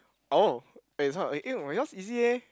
oh eh this one eh no yours easy eh